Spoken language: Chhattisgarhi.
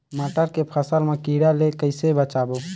मटर के फसल मा कीड़ा ले कइसे बचाबो?